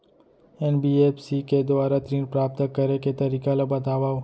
NBFC के दुवारा ऋण प्राप्त करे के तरीका ल बतावव?